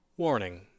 warning